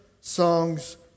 songs